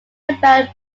about